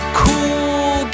cool